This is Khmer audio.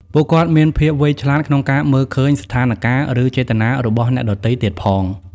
ពួកគាត់មានភាពវៃឆ្លាតក្នុងការមើលឃើញស្ថានការណ៍ ឬចេតនារបស់អ្នកដទៃទៀតផង។